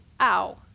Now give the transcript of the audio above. ow